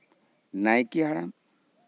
ᱱᱟᱭᱠᱮ ᱦᱟᱲᱟᱢ